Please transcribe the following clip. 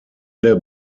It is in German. der